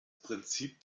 prinzip